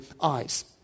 eyes